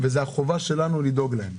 וגם החובה שלנו לדאוג להם.